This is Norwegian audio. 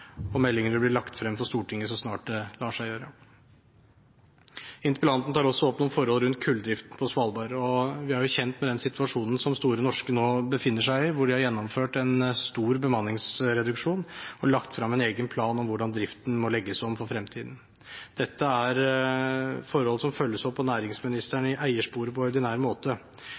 og meldingen vil bli lagt frem for Stortinget så snart det lar seg gjøre. Interpellanten tar også opp noen forhold rundt kulldriften på Svalbard. Vi er kjent med den situasjonen som Store Norske nå befinner seg i, hvor de har gjennomført en stor bemanningsreduksjon og lagt frem en egen plan for hvordan driften må legges om for fremtiden. Dette er forhold som følges opp av